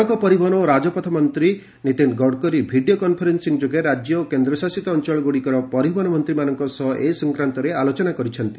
ସଡ଼କ ପରିବହନ ଓ ରାଜପଥ ମନ୍ତ୍ରୀ ନୀତିନ ଗଡ଼କରୀ ଭିଡ଼ିଓ କନଫରେନ୍ସିଂ ଯୋଗେ ରାଜ୍ୟ ଓ କେନ୍ଦ୍ରଶାସିତ ଅଞ୍ଚଳଗୁଡ଼ିକର ପରିବହନ ମନ୍ତ୍ରୀମାନଙ୍କ ସହ ଏ ସଂକ୍ରାନ୍ତରେ ଆଲୋଚନା କରିଛନ୍ତି